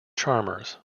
charmers